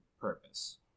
purpose